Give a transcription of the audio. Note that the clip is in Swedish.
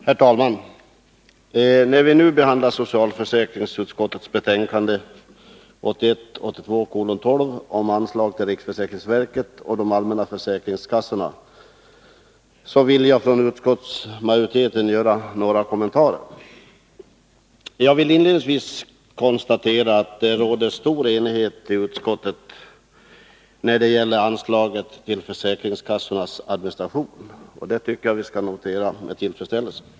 Herr talman! När vi nu behandlar socialförsäkringsutskottets betänkande 1981/82:12 om anslag till riksförsäkringsverket och de allmänna försäkringskassorna m.m. vill jag som företrädare för utskottsmajoriteten göra några kommentarer. Inledningsvis vill jag konstatera att det råder stor enighet i utskottet om anslaget till försäkringskassornas administration. Det tycker jag att vi skall notera med tillfredsställelse.